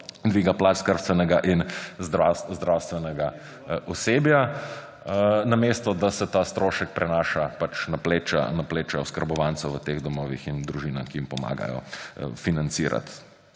dviga plač skrbstvenega in zdravstvenega osebja, namesto da se ta strošek prenaša na pleča oskrbovancev v teh domovih in družin, ki jim pomagajo financirati